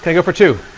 go for two?